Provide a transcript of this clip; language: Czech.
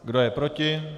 Kdo je proti?